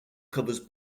covers